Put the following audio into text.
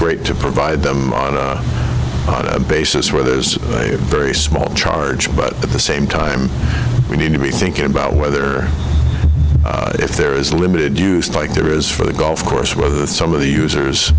great to provide them a basis where there's a very small charge but at the same time we need to be thinking about whether if there is limited use like there is for the golf course with some of the user